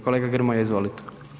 Kolega Grmoja izvolite.